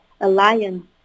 alliance